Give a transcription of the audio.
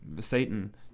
Satan